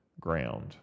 ground